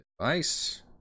advice